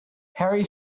harry